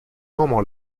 moment